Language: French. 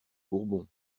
bourbons